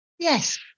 Yes